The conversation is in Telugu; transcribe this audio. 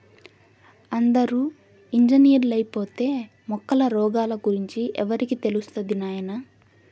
అందరూ ఇంజనీర్లైపోతే మొక్కల రోగాల గురించి ఎవరికి తెలుస్తది నాయనా